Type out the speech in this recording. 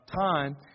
time